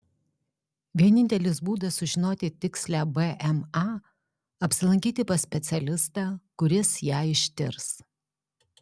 vienintelis būdas sužinoti tikslią bma apsilankyti pas specialistą kuris ją ištirs